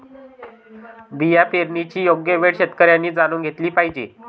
बिया पेरण्याची योग्य वेळ शेतकऱ्यांनी जाणून घेतली पाहिजे